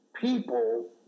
People